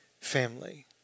family